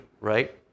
right